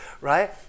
right